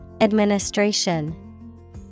Administration